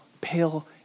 pale